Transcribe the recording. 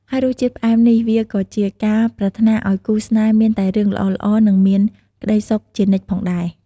ហើយរសជាតិផ្អែមនេះវាក៏ជាការប្រាថ្នាឲ្យគូស្នេហ៍មានតែរឿងល្អៗ និងមានក្ដីសុខជានិច្ចផងដែរ។